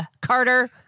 Carter